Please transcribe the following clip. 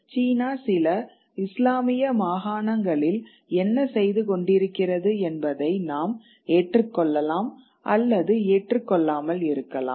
சீனா சில இஸ்லாமிய மாகாணங்களில் என்ன செய்து கொண்டிருக்கிறது என்பதை நாம் ஏற்றுக்கொள்ளலாம் அல்லது ஏற்றுக் கொள்ளாமல் இருக்கலாம்